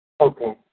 Okay